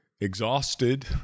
exhausted